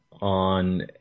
on